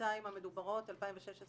בשנתיים המדוברות 2017-2016